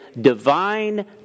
divine